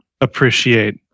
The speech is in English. appreciate